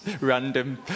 random